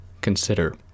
consider